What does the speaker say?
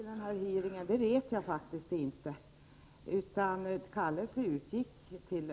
Herr talman! Vem som var initiativtagare till denna hearing vet jag faktiskt inte.